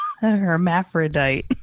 hermaphrodite